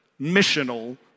missional